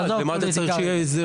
אז למה אתה צריך שיהיה הסדר?